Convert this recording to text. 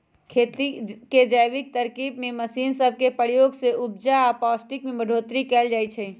खेती के जैविक तरकिब में मशीन सब के प्रयोग से उपजा आऽ पौष्टिक में बढ़ोतरी कएल जाइ छइ